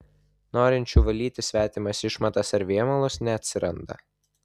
norinčių valyti svetimas išmatas ar vėmalus neatsiranda